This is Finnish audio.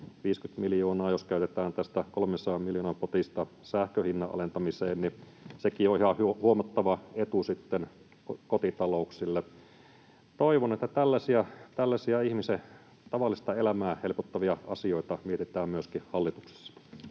käytetään tästä 300 miljoonan potista sähkönhinnan alentamiseen, niin sekin on ihan huomattava etu sitten kotitalouksille. Toivon, että tällaisia ihmisen tavallista elämää helpottavia asioita mietitään myöskin hallituksessa.